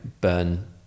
burn